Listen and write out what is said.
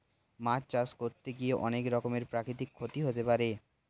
মাছ চাষ করতে গিয়ে অনেক রকমের প্রাকৃতিক ক্ষতি হতে পারে